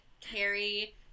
Carrie